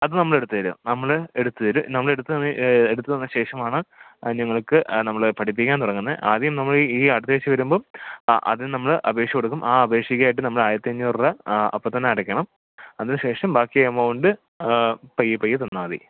അപ്പം നമ്മളെട്ത്തേരും നമ്മൾ എട്ത്തേരും നമ്മളെട്ത്തന്നേ എട്ത്ത്തന്നെ ശേഷമാണ് ഞങ്ങൾക്ക് നമ്മൾ പഠിപ്പിക്കാൻ തുടങ്ങുന്നത് ആദ്യം നമ്മൾ ഈ അടുത്താഴ്ച്ച വരുമ്പം ആദ്യം നമ്മൾ അപേക്ഷ കൊടുക്കും ആ അപേക്ഷക്കായിട്ട് നമ്മൾ ആയിരത്തഞ്ഞൂറ് രൂപ അപ്പത്തന്നെ അടയ്ക്കണം അതിന് ശേഷം ബാക്കി എമൗണ്ട് പയ്യെ പയ്യെ തന്നാൽ മതി